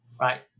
right